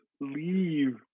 leave